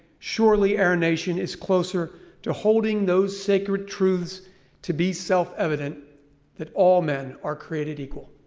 surely our nation is closer to holding those sacred truths to be self evident that all men are created equal.